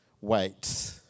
wait